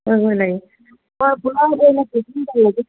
ꯍꯣꯏ ꯍꯣꯏ ꯂꯩꯌꯦ ꯍꯣꯏ ꯄꯨꯂꯞ ꯑꯣꯏꯅ ꯄꯦꯀꯤꯡ ꯇꯧꯔꯒꯦ